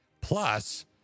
plus